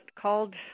called